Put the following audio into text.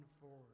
forward